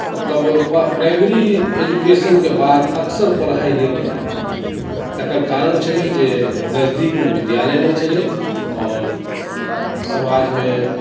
मतलब प्र प्राइमरी एजुकेशनके बाद अक्सर पढ़ाइ नहि करए तकर कारण छलै जे नजदीकमे विद्यालय नहि छलै आओर समाजमे